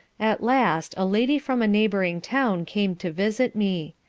at last a lady from a neighbouring town came to visit me.